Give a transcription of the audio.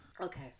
Okay